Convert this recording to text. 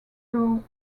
though